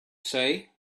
say